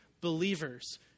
believers